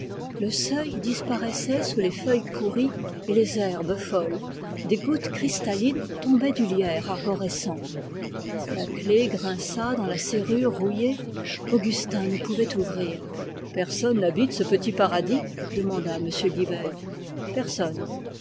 le seuil disparaissait sous les feuilles pourries et les herbes folles des gouttes cristallines tombaient du lierre arborescent la clef grinça dans la serrure rouillée augustin ne pouvait ouvrir personne n'habite ce petit paradis demanda m guibert personne